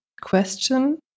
question